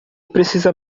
precisa